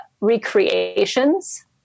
recreations